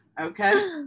Okay